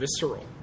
visceral